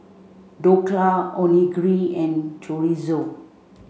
Dhokla Onigiri and Chorizo